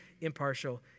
impartial